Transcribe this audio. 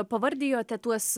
pavardijote tuos